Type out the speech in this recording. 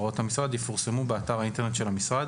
הוראות המשרד) יפורסמו באתר האינטרנט של המשרד